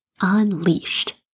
unleashed